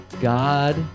God